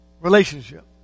Relationship